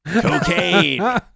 cocaine